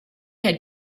had